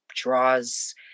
draws